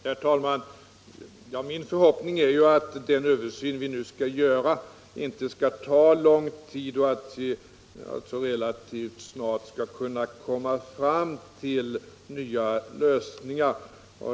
Herr talman! Min förhoppning är att den översyn som vi nu skall göra inte skall ta lång tid, utan att vi relativt snart skall kunna komma fram till nya lösningar.